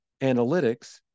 analytics